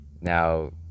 now